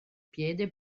piede